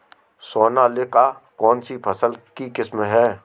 सोनालिका कौनसी फसल की किस्म है?